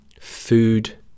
food